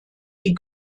die